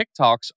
TikToks